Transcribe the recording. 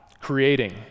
creating